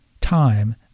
time